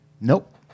Nope